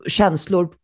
känslor